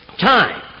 Time